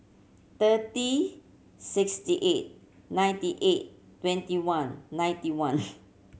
thirty sixty eight ninety eight twenty one ninety one